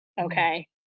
Okay